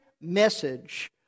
message